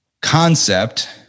concept